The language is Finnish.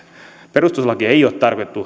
perustuslaki ei ole